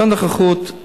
שעון נוכחות,